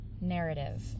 narrative